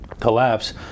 collapse